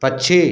पक्षी